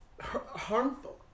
harmful